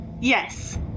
Yes